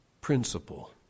principle